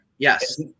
Yes